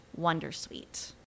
wondersuite